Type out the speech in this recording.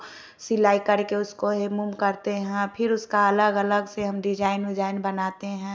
सिलाई कर के उसको हेम उम करते हैं फिर उसका अलग अलग से डिजाईन उजाइन बनाते हैं